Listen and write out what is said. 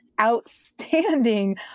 outstanding